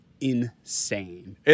insane